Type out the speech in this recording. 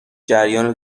جریان